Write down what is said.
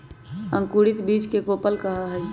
अंकुरित बीज के कोपल कहा हई